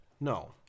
No